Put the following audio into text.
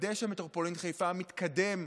לוודא שמטרופולין חיפה מתקדם,